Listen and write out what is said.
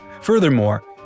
Furthermore